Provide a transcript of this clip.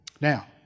now